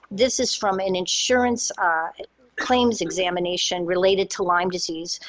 this is from an insurance claims examination related to lyme disease.